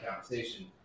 conversation